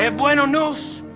and bueno news.